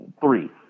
Three